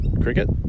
cricket